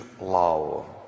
love